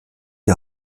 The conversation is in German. die